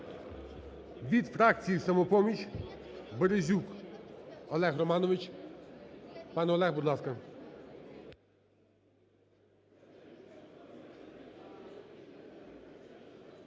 Від фракції "Самопоміч" – Березюк Олег Романович. Пане Олег, будь ласка.